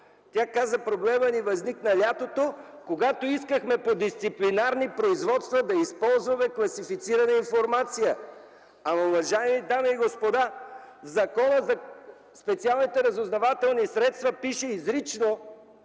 Тя каза: „Проблемът ни възникна през лятото, когато искахме по дисциплинарни производства да използваме класифицирана информация.” Уважаеми дами и господа, в Закона за специалните разузнавателни средства пише изрично,